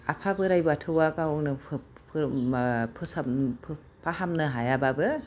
आफा बोराइ बाथौवा गावनो फोसाब फाहामनो हायाबाबो